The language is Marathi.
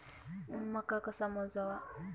मका कसा मोजावा?